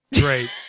Great